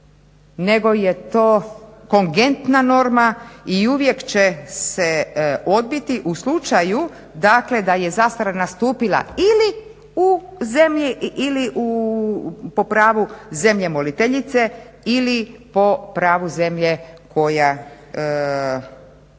nego je to kongentna norma i uvijek će se odbiti u slučaju, dakle da je zastara nastupila ili u zemlji ili po pravu zemlje moliteljice ili po pravu zemlje koja